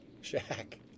shack